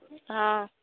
हँ